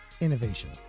innovation